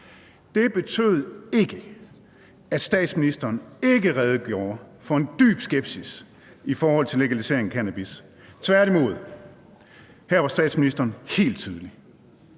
Det betød ikke, at statsministeren ikke redegjorde for en dyb skepsis i forhold til legalisering af cannabis – tværtimod. Her var statsministeren helt tydelig.